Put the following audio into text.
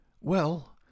Well